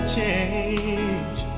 change